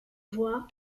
voie